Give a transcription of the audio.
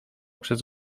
przez